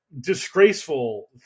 disgraceful